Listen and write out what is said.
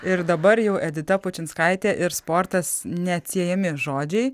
ir dabar jau edita pučinskaitė ir sportas neatsiejami žodžiai